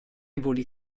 voli